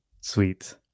sweet